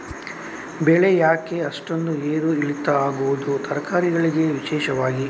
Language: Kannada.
ಬೆಳೆ ಯಾಕೆ ಅಷ್ಟೊಂದು ಏರು ಇಳಿತ ಆಗುವುದು, ತರಕಾರಿ ಗಳಿಗೆ ವಿಶೇಷವಾಗಿ?